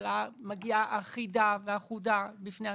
הממשלה מגיעה אחידה ואחודה בפני הכנסת.